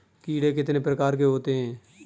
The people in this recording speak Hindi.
कीड़े कितने प्रकार के होते हैं?